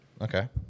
Okay